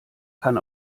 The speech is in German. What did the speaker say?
kann